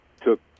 took